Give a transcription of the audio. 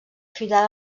fidel